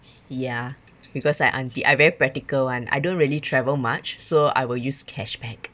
ya because I auntie I very practical [one] I don't really travel much so I will use cashback